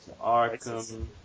Arkham